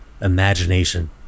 imagination